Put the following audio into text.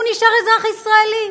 הוא נשאר אזרח ישראלי?